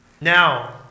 Now